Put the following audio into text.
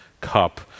cup